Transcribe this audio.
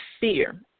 fear